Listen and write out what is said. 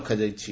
ରଖାଯାଇଛି